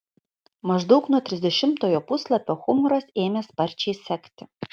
maždaug nuo trisdešimtojo puslapio humoras ėmė sparčiai sekti